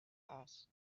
asked